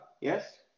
Yes